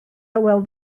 hywel